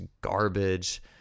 garbage